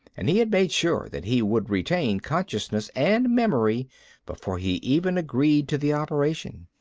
and he had made sure that he would retain consciousness and memory before he even agreed to the operation.